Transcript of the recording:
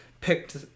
picked